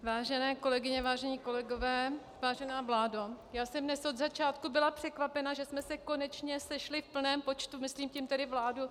Vážené kolegyně, vážení kolegové, vážená vládo, já jsem dnes od začátku byla překvapená, že jsme se konečně sešli v plném počtu, myslím tím tedy vládu.